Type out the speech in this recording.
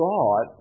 God